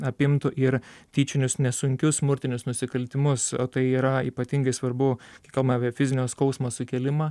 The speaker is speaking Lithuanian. apimtų ir tyčinius nesunkius smurtinius nusikaltimus o tai yra ypatingai svarbu kai kai kalbam apie fizinio skausmo sukėlimą